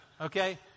okay